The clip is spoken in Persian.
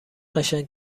قشنگ